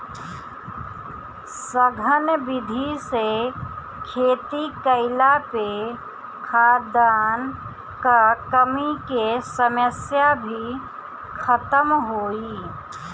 सघन विधि से खेती कईला पे खाद्यान कअ कमी के समस्या भी खतम होई